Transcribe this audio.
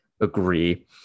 agree